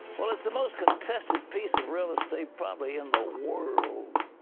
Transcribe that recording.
well, it's the most contested piece of real estate probably in the world.